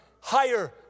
higher